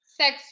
sex